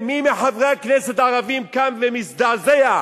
מי מחברי הכנסת הערבים קם ומזדעזע?